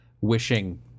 wishing